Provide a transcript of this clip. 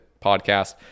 podcast